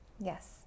Yes